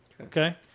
okay